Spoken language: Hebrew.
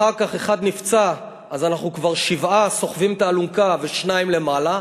אחר כך אחד נפצע אז אנחנו כבר שבעה סוחבים את האלונקה ושניים למעלה,